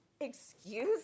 Excuse